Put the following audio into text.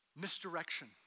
misdirection